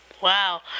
Wow